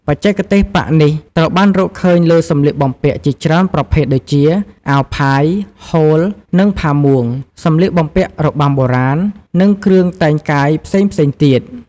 បច្ចេកទេសប៉ាក់នេះត្រូវបានរកឃើញលើសម្លៀកបំពាក់ជាច្រើនប្រភេទដូចជា អាវផាយ ហូល និងផាមួង សំលៀកបំពាក់របាំបុរាណ និងគ្រឿងតែងកាយផ្សេងៗទៀត។